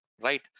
right